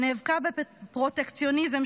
שנאבקה בפרוטקציוניזם,